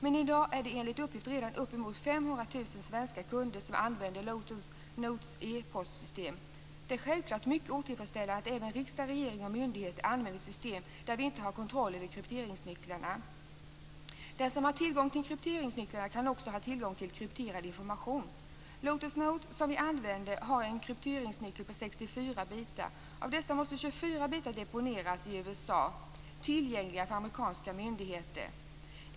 Men i dag är det enligt uppgift redan uppemot 500 000 svenska kunder som använder Lotus Notes e-postsystem. Det är självklart mycket otillfredsställande att även riksdag, regering och myndigheter använder system där vi inte har kontroll över krypteringsnycklarna. Den som har tillgång till krypteringsnycklarna kan också ha tillgång till krypterad information. Lotus Notes, som vi använder, har en krypteringsnyckel på 64 bitar. Av dessa måste 24 bitar deponeras i USA, tillgängliga för amerikanska myndigheter.